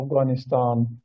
Afghanistan